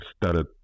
started